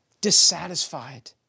dissatisfied